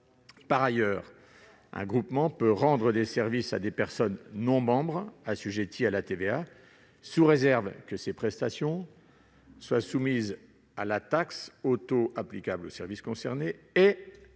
Par ailleurs, un groupement peut rendre des services à des personnes non membres assujetties à la TVA, sous réserve que ces prestations soient soumises à cette taxe au taux applicable aux services concernés et